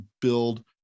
build